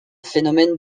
phénomène